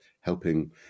helping